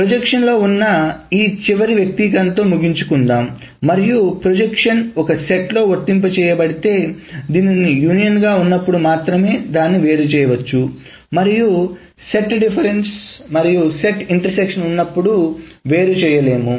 ప్రొజెక్షన్లో ఉన్న చివరి వ్యక్తీకరణతో ముగించుకుందాం మరియు ప్రొజెక్షన్ ఒక సెట్లో వర్తింపజేయబడితే దీనిని యూనియన్గా ఉన్నప్పుడు మాత్రమే దాన్ని వేరు చేయవచ్చు మరియు సెట్ డిఫరెన్స్ మరియు ఇంటర్ సెక్షన్ ఉన్నప్పుడు వేరు చేయలేము